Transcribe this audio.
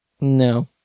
No